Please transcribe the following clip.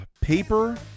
Paper